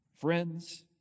Friends